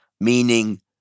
meaning